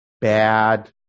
bad